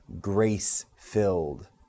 grace-filled